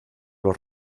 los